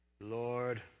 Lord